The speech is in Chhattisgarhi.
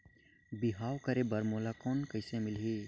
बिहाव करे बर मोला लोन कइसे मिलही?